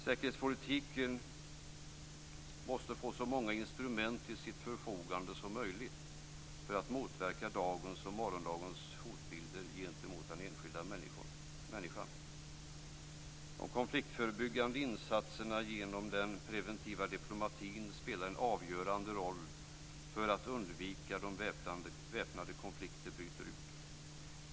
Säkerhetspolitiken måste få så många instrument till sitt förfogande som möjligt för att motverka dagens och morgondagens hotbilder gentemot den enskilda människan. De konfliktförebyggande insatserna genom den preventiva diplomatin spelar en avgörande roll för att undvika att väpnade konflikter bryter ut.